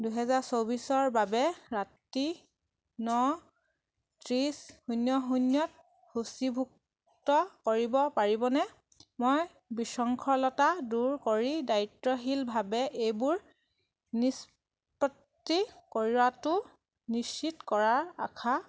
দুহেজাৰ চৌবিছৰ বাবে ৰাতি ন ত্ৰিছ শূন্য শূন্যত সূচীভুক্ত কৰিব পাৰিবনে মই বিশৃংখলতা দূৰ কৰি দায়িত্বশীলভাৱে এইবোৰ নিষ্পত্তি কৰাটো নিশ্চিত কৰাৰ আশা